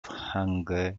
hanger